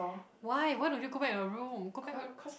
why why don't you go back to your room go back room